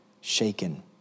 shaken